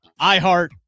iHeart